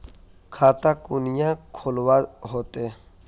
खाता कुनियाँ खोलवा होते?